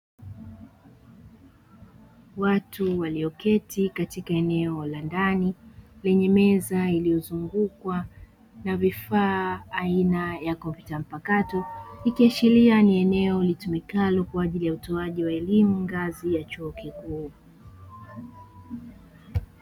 Watu walioketi katika eneo la ndani lenye meza iliyozungukwa na vifaa aina ya kompyuta mpakato, ikishiria ni eneo litumikalo kwa ajili ya utoaji wa elimu ngazi ya chuo kikuu.